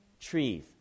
trees